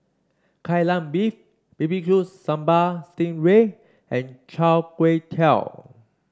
Kai Lan Beef B B Q Sambal Sting Ray and chai kway tow